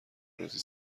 روزی